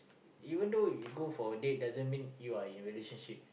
even though you go for a date doesn't mean you are in relationship